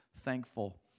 thankful